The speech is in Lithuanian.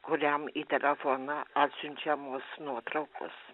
kuriam į telefoną atsiunčiamos nuotraukos